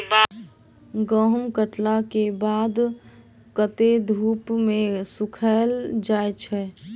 गहूम कटला केँ बाद कत्ते दिन धूप मे सूखैल जाय छै?